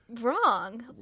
wrong